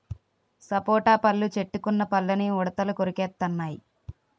సపోటా పళ్ళు చెట్టుకున్న పళ్ళని ఉడతలు కొరికెత్తెన్నయి